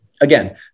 again